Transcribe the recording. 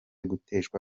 guteshwa